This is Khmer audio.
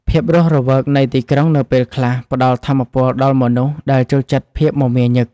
ភាពរស់រវើកនៃទីក្រុងនៅពេលខ្លះ ផ្តល់ថាមពលដល់មនុស្សដែលចូលចិត្តភាពមមាញឹក។